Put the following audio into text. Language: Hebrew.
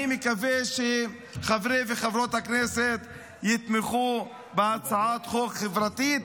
אני מקווה שחברי וחברות הכנסת יתמכו בהצעת חוק חברתית,